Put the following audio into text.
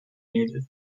needed